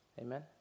Amen